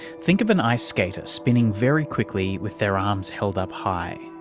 think of an ice skater spinning very quickly with their arms held up high.